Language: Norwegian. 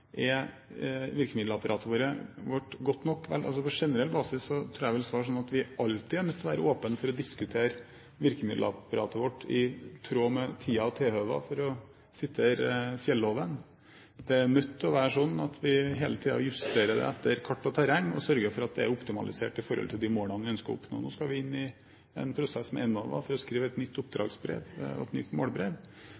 Er virkemiddelapparatet vårt godt nok? På generell basis tror jeg at jeg vil svare slik at vi alltid må være åpne for å diskutere virkemiddelapparatet vårt i tråd med «tida og tilhøva», for å sitere fjelloven. Det er nødt til å være slik at vi hele tiden justerer det etter kart og terreng, og sørge for at det er optimaliserte forhold til de målene vi ønsker å oppnå. Nå skal vi inn i en prosess med Enova for å skrive et nytt